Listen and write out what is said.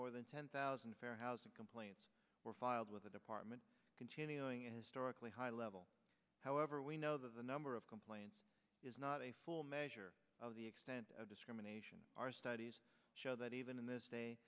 more than ten thousand fair housing complaints were filed with the department continuing a historically high level however we know that the number of complaints is not a full measure of the extent of discrimination our studies show that even in this day